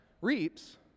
reaps